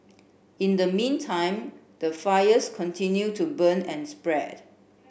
in the meantime the fires continue to burn and spread